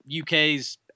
UK's